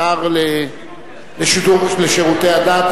השר לשירותי הדת,